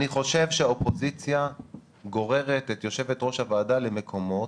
אני חושב שהאופוזיציה גוררת את יושבת ראש הוועדה למקומות